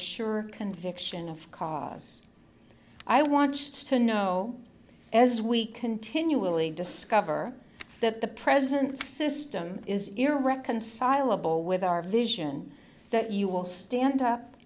sure conviction of cause i watched to know as we continually discover that the present system is irreconcilable with our vision that you will stand up